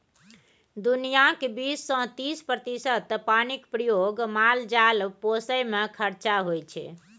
दुनियाँक बीस सँ तीस प्रतिशत पानिक प्रयोग माल जाल पोसय मे खरचा होइ छै